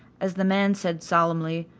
as the man said solemnly,